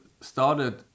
started